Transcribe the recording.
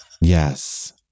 Yes